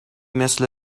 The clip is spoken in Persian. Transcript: مثل